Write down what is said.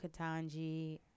katanji